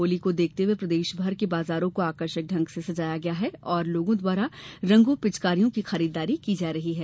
होली को देखते हुए प्रदेश भर के बाजारों को आकर्षक ढंग से सजाया गया हैं और लोगों द्वारा रंगों पिचकारियों की खरीदारी की जा रही है